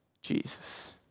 Jesus